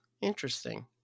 Interesting